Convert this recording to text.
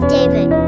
David